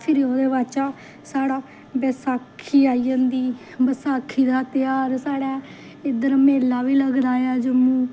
फिरी ओह्दे बाद च साढ़ा बैसाखी आई जंदी बैसाखी दा ध्यार साढ़ै इध्दर मेला बी लगदा ऐ जम्मू